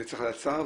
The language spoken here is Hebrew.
זה צריך לדעת השר,